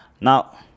now